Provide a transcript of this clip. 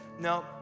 No